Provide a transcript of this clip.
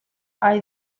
hay